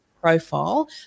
profile